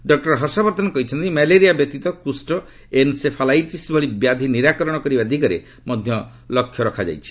doctor Harshvardhan କହିଛନ୍ତି malaria ବ୍ୟତୀତ କୁଷ୍ଠ ଏନ୍ସେଫାଲାଇଟିସ୍ ଭଳି ବ୍ୟାଧି ନିରାକରଣ କରିବା ଦିଗରେ ମଧ୍ୟ ଲକ୍ଷ୍ୟ ରଖାଯାଇଛି